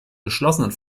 geschlossenen